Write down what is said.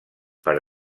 per